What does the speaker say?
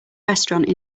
restaurant